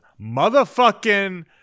motherfucking